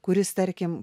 kuris tarkim